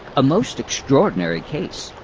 a most extraordinary case!